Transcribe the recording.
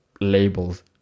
labels